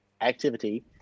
activity